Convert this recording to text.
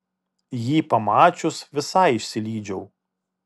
jį pamačius visai išsilydžiau